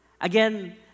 Again